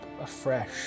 afresh